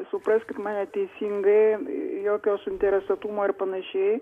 supraskit mane teisingai jokio suinteresuotumo ir panašiai